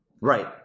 Right